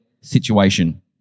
situation